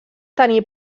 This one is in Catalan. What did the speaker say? tenir